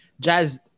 Jazz